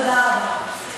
תודה רבה.